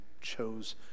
chose